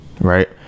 right